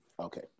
Okay